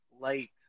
Light